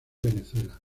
venezuela